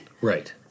Right